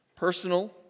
personal